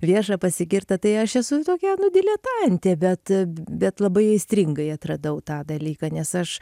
vieša pasigirta tai aš esu tokia nu diletantė bet bet labai aistringai atradau tą dalyką nes aš